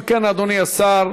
אם כן, אדוני השר,